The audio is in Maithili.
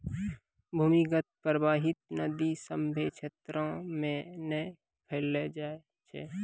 भूमीगत परबाहित नदी सभ्भे क्षेत्रो म नै पैलो जाय छै